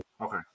Okay